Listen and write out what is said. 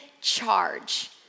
charge